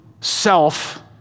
self